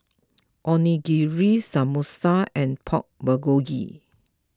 Onigiri Samosa and Pork Bulgogi